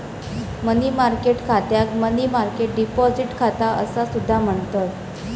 मनी market खात्याक money market deposit खाता असा सुद्धा म्हणतत